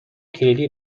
کلیدی